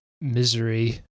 misery